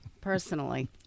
personally